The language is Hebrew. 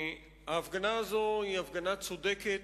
ההפגנה הזאת היא הפגנה צודקת.